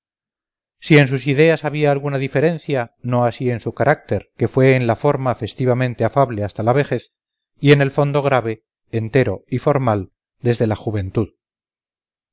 si en sus ideas había alguna diferencia no así en su carácter que fue en la forma festivamente afable hasta la vejez y en el fondo grave entero y formal desde la juventud